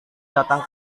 datang